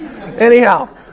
Anyhow